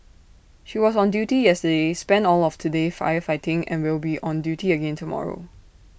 she was on duty yesterday spent all of today firefighting and will be on duty again tomorrow